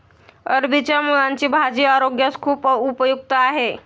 अरबीच्या मुळांची भाजी आरोग्यास खूप उपयुक्त आहे